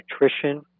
nutrition